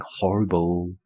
horrible